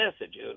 message